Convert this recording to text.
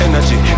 Energy